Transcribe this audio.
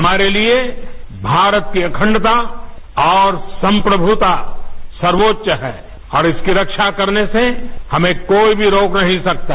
हमारे लिये भारत की अखंडता और संप्रभुता सर्वोच्च है और इसकी रक्षा करने से हमें कोई भी रोक नहीं सकता